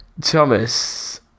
Thomas